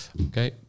Okay